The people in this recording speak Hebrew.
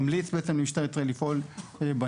ממליץ בעצם למשטרה לפעול בנידון,